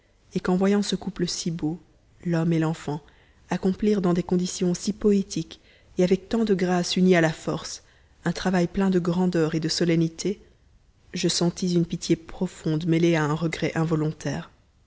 et qu'en voyant ce couple si beau l'homme et l'enfant accomplir dans des conditions si poétiques et avec tant de grâce unie à la force un travail plein de grandeur et de solennité je sentis une pitié profonde mêlée à un regret involontaire